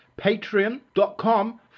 patreon.com